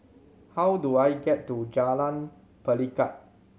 how do I get to Jalan Pelikat